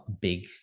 big